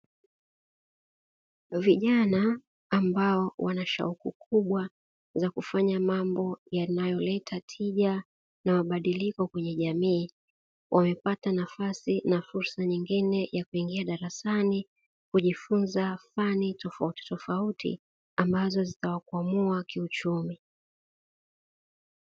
Vijana ambao wana shauku kubwa za kufanya mambo yanayoleta tija na mabadiliko kwenye jamii wamepata nafasi na fursa nyingine ya kuingia darasani kujifunza fani tofautitofauti ambazo zitawakwamua kiuchumi.